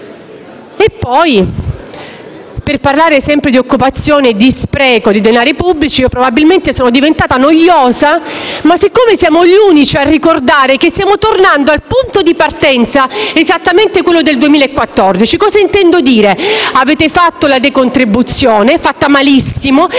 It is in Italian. Inoltre, a parlare sempre di occupazione e di spreco di denari pubblici probabilmente sono diventata noiosa, ma noi siamo gli unici a ricordare che stiamo tornando al punto di partenza, esattamente al 2014. Cosa intendo dire? Avete fatto la decontribuzione, malissimo, che è costata